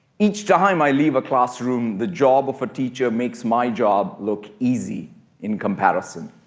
each time i leave a classroom the job of a teacher makes my job look easy in comparison.